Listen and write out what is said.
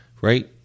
right